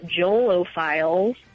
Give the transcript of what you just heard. Joelophiles